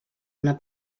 una